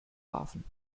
hafen